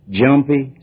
jumpy